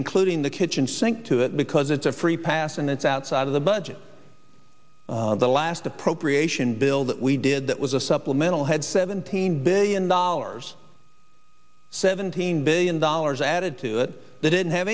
including the kitchen sink to it because it's a free pass and that's outside of the budget the last appropriation bill that we did that was a supplemental had seventeen billion dollars seventeen billion dollars added to it that didn't have